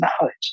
knowledge